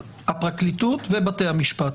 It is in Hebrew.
הפרקליטות ובתי המשפט,